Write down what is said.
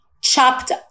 chopped